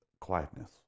quietness